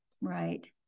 Right